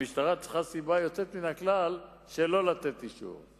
המשטרה צריכה סיבה יוצאת מן הכלל כדי שלא לתת אישור,